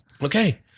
Okay